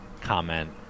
comment